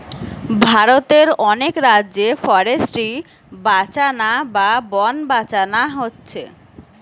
ভারতের অনেক রাজ্যে ফরেস্ট্রি বাঁচানা বা বন বাঁচানা হচ্ছে